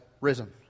risen